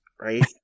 right